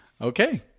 Okay